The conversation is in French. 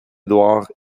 édouard